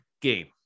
game